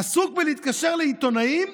עסוק בלהתקשר לעיתונאים,